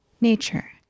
nature